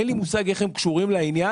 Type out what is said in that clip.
אין לי מושג איך הן קשורות לעניין.